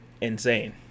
insane